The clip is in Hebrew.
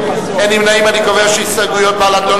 המסחר והתעסוקה (האגף לתעסוקת נשים,